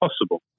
possible